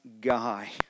guy